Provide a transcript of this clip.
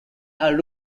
are